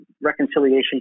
reconciliation